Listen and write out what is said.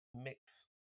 mix